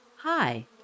Hi